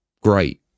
great